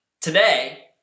Today